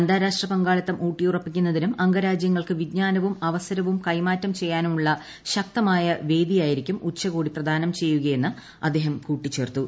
അന്താരാഷ്ട്ര പങ്കാളിത്തം ഊട്ടിയുറപ്പിക്കുന്നതിനും അംഗരാജ്യങ്ങൾക്ക് വിജ്ഞാനവും അവസരവും കൈമാറ്റം ചെയ്യാനുമുള്ള ശക്തമായ വേദിയായിരിക്കും ഉച്ചകോടി പ്രദാനം ചെയ്യുകയെന്ന് അദ്ദേഹം കൂട്ടിച്ചേർത്തു